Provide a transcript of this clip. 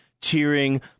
cheering